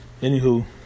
anywho